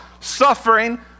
suffering